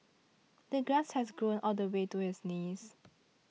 the grass had grown all the way to his knees